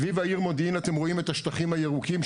סביב העיר מודיעין אתם רואים את השטחים הירוקים,